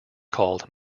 called